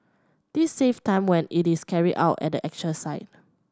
this save time when it is carried out at the actual site